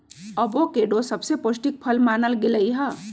avocado सबसे पौष्टिक फल मानल गेलई ह